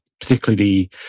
particularly